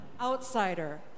outsider